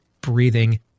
breathing